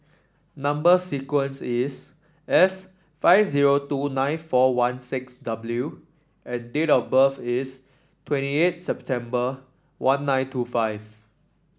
number sequence is S five zero two nine four one six